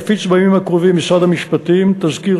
יפיץ בימים הקרובים משרד המשפטים תזכיר